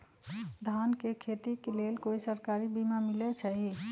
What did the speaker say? धान के खेती के लेल कोइ सरकारी बीमा मलैछई?